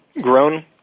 grown